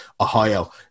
Ohio